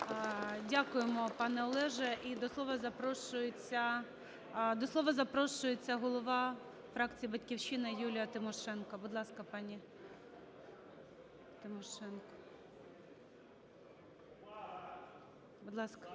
запрошується... до слова запрошується голова фракції "Батьківщина" Юлія Тимошенко. Будь ласка, пані Тимошенко. Будь ласка.